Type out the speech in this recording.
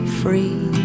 free